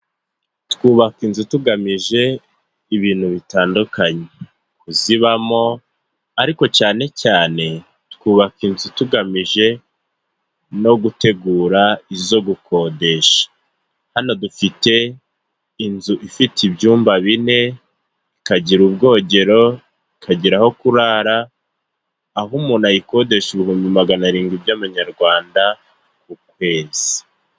Twubaka inzu tugamije ibintu bitandukanye, kuzibamo ariko cyane cyane twubaka inzu tugamije no gutegura izo gukodesha, hano dufite inzu ifite ibyumba bine, ikagira ubwogero, ikagira aho kurara, aho umuntu ayikodesha ibihumbi magana arindwi by'amanyarwanda ku kwezi.